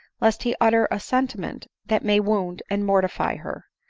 lest he ut ter a sentiment that may wound and mortify her.